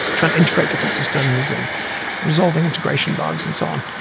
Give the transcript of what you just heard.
trying to integrate different systems and resolving integration bugs and so on.